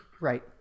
Right